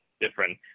different